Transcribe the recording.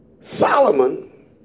Solomon